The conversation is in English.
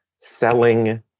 Selling